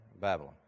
Babylon